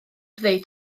ddeud